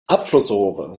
abflussrohre